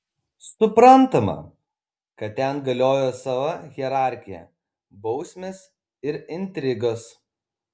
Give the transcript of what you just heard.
suprantama kad ten galiojo sava hierarchija bausmės ir intrigos